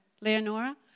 Leonora